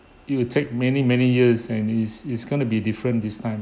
it will take many many years and it's it's going to be different this time